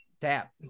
tap